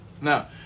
Now